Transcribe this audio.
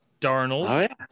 Darnold